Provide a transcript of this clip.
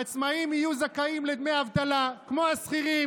העצמאים יהיו זכאים לדמי אבטלה כמו השכירים.